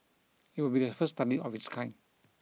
it will be the first study of its kind